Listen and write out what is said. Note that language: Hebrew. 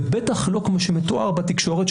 ובטח לא כמו שמתואר בתקשורת,